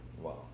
Wow